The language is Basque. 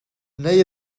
nahi